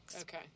Okay